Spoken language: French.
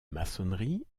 maçonnerie